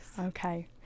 Okay